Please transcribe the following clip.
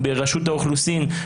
ברשות האוכלוסין.